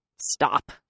stop